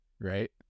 right